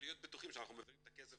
להיות בטוחים שאנחנו מעבירים את הכסף